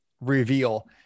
reveal